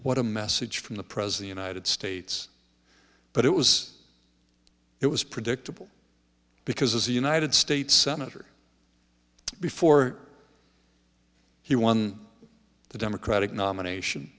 what a message from the prez the united states but it was it was predictable because as the united states senator before he won the democratic nomination